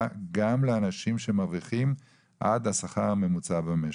גם לאנשים שמרוויחים עד השכר הממוצע במשק.